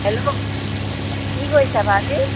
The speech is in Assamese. হেল্ল' কি কৰিছা ভাৰতী